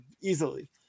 easily